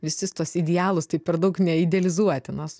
visus tuos idealus taip per daug neidealizuoti nos